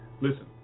listen